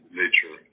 nature